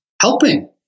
helping